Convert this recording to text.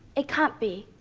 it can't be.